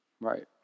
Right